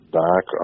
back